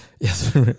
yes